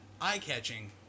Eye-catching